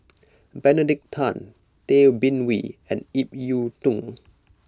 Benedict Tan Tay Bin Wee and Ip Yiu Tung